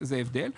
זה ההבדל,